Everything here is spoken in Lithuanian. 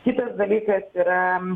kitas dalykas yra